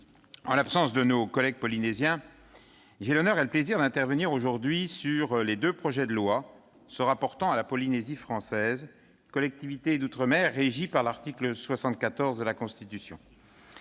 en l'absence de nos collègues polynésiens, j'ai l'honneur et le plaisir d'intervenir aujourd'hui sur les deux projets de loi se rapportant à la Polynésie française, collectivité d'outre-mer régie par l'article 74 de la Constitution.